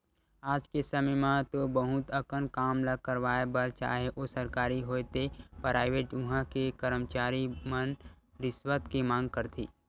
आज के समे म तो बहुत अकन काम ल करवाय बर चाहे ओ सरकारी होवय ते पराइवेट उहां के करमचारी मन रिस्वत के मांग करथे